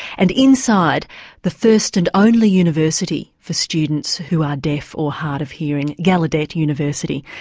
and inside the first and only university for students who are deaf or hard of hearing, gallaudet university,